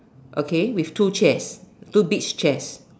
okay with two chairs two beach chairs